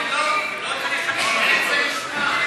התשע"ז 2017,